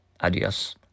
Adios